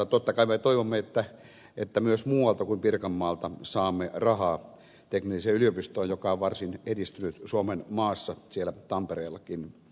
totta kai me toivomme että myös muualta kuin pirkanmaalta saamme rahaa teknilliseen yliopistoon joka on varsin edistynyt suomenmaassa siellä tampereellakin